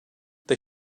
they